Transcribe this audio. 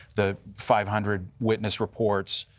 the five hundred witness reports,